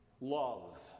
love